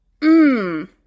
mmm